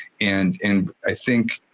and and i think,